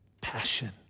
passion